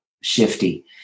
shifty